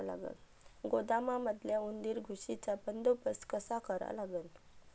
गोदामातल्या उंदीर, घुशीचा बंदोबस्त कसा करा लागन?